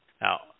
Now